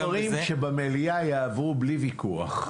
יש דברים שבמליאה יעברו בלי ויכוח.